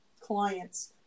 clients